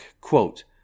quote